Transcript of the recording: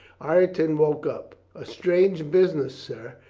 ireton woke up. a strange business, sir.